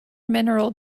mineral